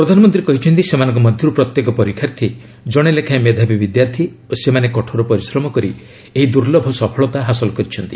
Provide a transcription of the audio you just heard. ପ୍ରଧାନମନ୍ତ୍ରୀ କହିଛନ୍ତି ସେମାନଙ୍କ ମଧ୍ୟରୁ ପ୍ରତ୍ୟେକ ପରୀକ୍ଷାର୍ଥୀ ଜଣେ ଲେଖାଏଁ ମେଧାବୀ ବିଦ୍ୟାର୍ଥୀ ଓ ସେମାନେ କଠୋର ପରିଶ୍ରମ କରି ଏହି ଦୁର୍ଲ୍ଲଭ ସଫଳତା ହାସଲ କରିଛନ୍ତି